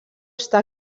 està